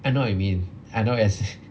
I know what you mean I know s~